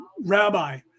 Rabbi